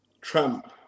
Trump